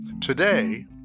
Today